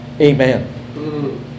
amen